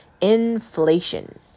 Inflation